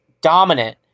dominant